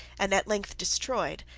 and at length destroyed,